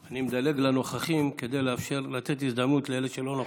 אני מדלג לנוכחים כדי לתת הזדמנות לאלה שלא נוכחים.